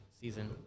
season